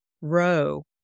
row